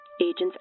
Agents